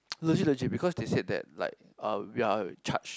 legit legit because they said that like uh we are charged